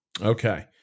Okay